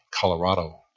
Colorado